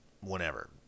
whenever